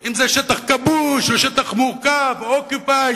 אם זה שטח כבוש, או שטח מורכב, או occupied.